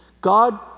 God